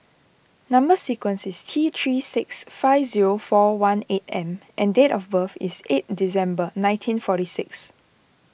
Number Sequence is T three six five zero four one eight M and date of birth is eight December nineteen forty six